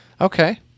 okay